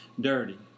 dirty